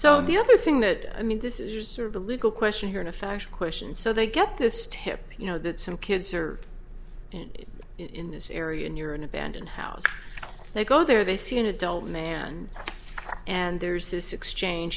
so the other thing that i mean this is sort of a legal question here in a fashion question so they get this tip you know that some kids are in this area and you're an abandoned house they go there they see an adult man and there's this exchange